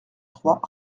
trois